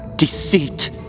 deceit